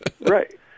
Right